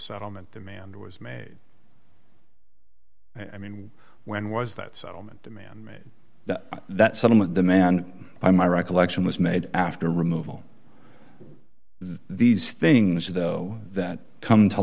settlement demand was made i mean when was that settlement demand made that settlement the man by my recollection was made after removal these things though that come to